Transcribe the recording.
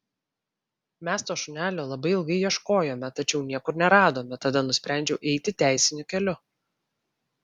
mes to šunelio labai ilgai ieškojome tačiau niekur neradome tada nusprendžiau eiti teisiniu keliu